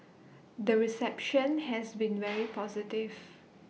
the reception has been very positive